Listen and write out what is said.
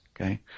Okay